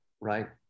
right